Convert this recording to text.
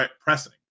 pressing